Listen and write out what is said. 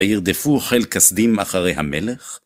הירדפו חיל כשדים אחרי המלך?